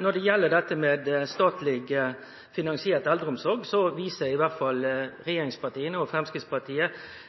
Når det gjeld statleg finansiert eldreomsorg, viser i alle fall regjeringspartia og